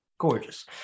Gorgeous